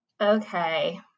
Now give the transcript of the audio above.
Okay